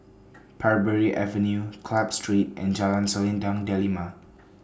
Parbury Avenue Club Street and Jalan Selendang Delima